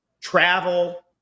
travel